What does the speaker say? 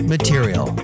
Material